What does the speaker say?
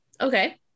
okay